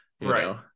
right